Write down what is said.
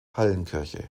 hallenkirche